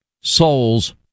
souls